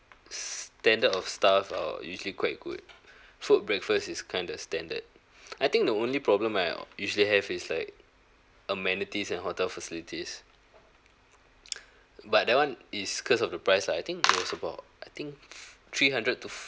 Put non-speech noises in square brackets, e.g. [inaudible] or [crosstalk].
standard of staff are usually quite good food breakfast is kinda standard I think the only problem I uh usually have is like amenities and hotel facilities [noise] but that one is cause of the price lah I think it was about I think three hundred to